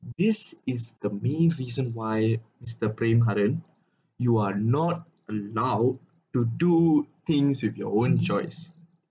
this is the main reason why mister praim haren you are not allowed to do things with your own choice